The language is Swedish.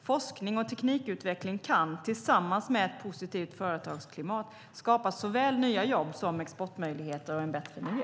Forskning och teknikutveckling kan tillsammans med ett positivt företagsklimat skapa såväl nya jobb som exportmöjligheter och en bättre miljö.